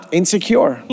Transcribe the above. insecure